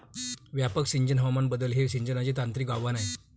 व्यापक सिंचन हवामान बदल हे सिंचनाचे तांत्रिक आव्हान आहे